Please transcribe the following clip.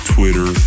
Twitter